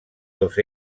dos